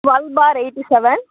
twelve bar eighty seven